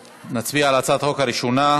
נצביע על הצעת החוק הראשונה,